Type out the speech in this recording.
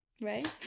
Right